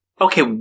Okay